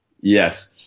Yes